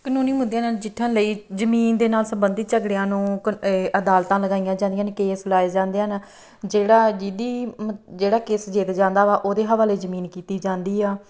ਕਾਨੂੰਨੀ ਮੁੱਦਿਆਂ ਨਾਲ ਨਜਿੱਠਨ ਲਈ ਜਮੀਨ ਦੇ ਨਾਲ ਸੰਬੰਧਿਤ ਝਗੜਿਆਂ ਨੂੰ ਕ ਇਹ ਅਦਾਲਤਾਂ ਲਗਾਈਆਂ ਜਾਂਦੀਆਂ ਨੇ ਕੇਸ ਲਗਾਏ ਜਾਂਦੇ ਹਨ ਜਿਹੜਾ ਜਿਹਦੀ ਮਤ ਜਿਹੜਾ ਕੇਸ ਜਿੱਤ ਜਾਂਦਾ ਵਾ ਉਹਦੇ ਹਵਾਲੇ ਜਮੀਨ ਕੀਤੀ ਜਾਂਦੀ ਆ